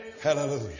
Hallelujah